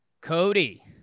Cody